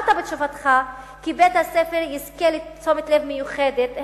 אמרת בתשובתך כי בית-הספר יזכה לתשומת לב מיוחדת,